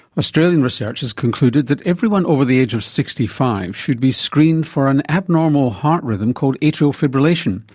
australian research has concluded that everyone over the age of sixty five should be screened for an abnormal heart rhythm called atrial fibrillation,